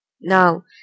Now